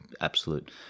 absolute